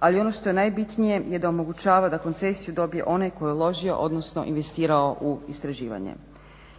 ali ono što je najbitnije je da omogućava da koncesiju dobije onaj koji je uložio odnosno investirao u istraživanje.